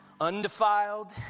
undefiled